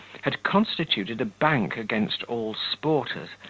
had constituted a bank against all sporters,